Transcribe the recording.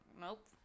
nope